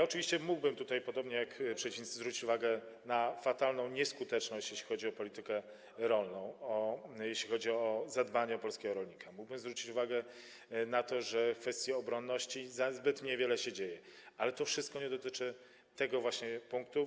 Oczywiście mógłbym tutaj, podobnie jak przeciwnicy, zwrócić uwagę na nieskuteczność, jeśli chodzi o politykę rolną, jeśli chodzi o zadbanie o polskiego rolnika, mógłbym zwrócić uwagę na to, że w kwestii obronności niewiele się dzieje, ale to wszystko nie dotyczy tego punktu.